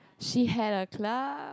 she had a club